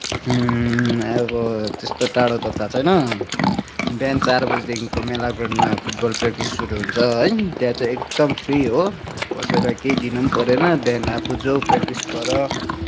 अब त्यस्तो टाढो त थाहा छैन बिहान चार बजीदेखिको मेला ग्राउन्डमा फुटबल प्र्याक्टिस सुरू हुन्छ है त्यहाँ चाहिँ एकदम फ्री हो कसैलाई केही दिनु पनि परेन बिहान आफू जाउ प्र्याक्टिस गर